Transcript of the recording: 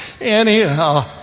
Anyhow